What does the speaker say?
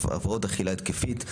הפרעות אכילה התקפית,